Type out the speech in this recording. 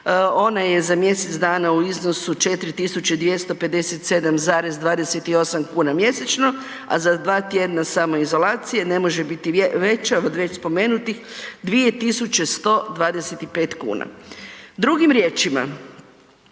ona je za mjesec dana u iznosu 4.257,28 kuna mjesečno, a za dva tjedna samoizolacije ne može biti veća od spomenutih 2.125,00 kuna. Drugim riječima,